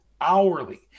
hourly